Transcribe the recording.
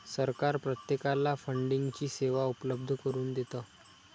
सरकार प्रत्येकाला फंडिंगची सेवा उपलब्ध करून देतं